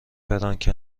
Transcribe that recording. فرانک